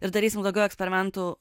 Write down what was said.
ir darysim daugiau eksperimentų